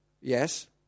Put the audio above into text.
Yes